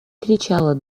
кричала